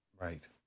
Right